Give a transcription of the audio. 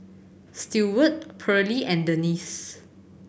Steward Pearley and Denis